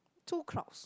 two clouds